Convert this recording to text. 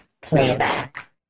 playback